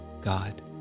God